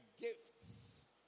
gifts